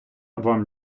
вам